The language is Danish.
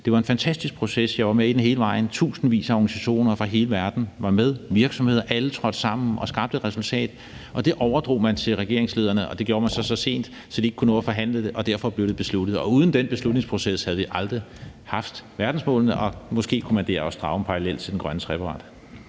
Det var en fantastisk proces. Jeg var med i den hele vejen. Tusindvis af organisationer fra hele verden var med, og virksomheder og alle trådte sammen og skabte et resultat, og det overdrog man så til regeringslederne, og det gjorde man så sent, at de ikke kunne nå at forhandle det, og derfor blev det besluttet. Og uden den beslutningsproces havde vi aldrig haft verdensmålene, og måske kunne man også dér drage en parallel til den grønne trepart.